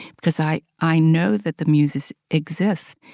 because i i know that the muses exist.